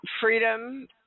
freedom